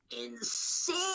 insane